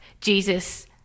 Jesus